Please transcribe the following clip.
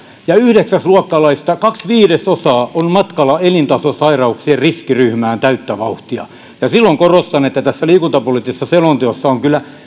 ja yhdeksäsluokkalaisista kaksi viidesosaa on matkalla elintasosairauksien riskiryhmään täyttä vauhtia siksi korostan että tässä liikuntapoliittisessa selonteossa on kyllä